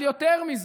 אבל יותר מזה,